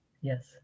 Yes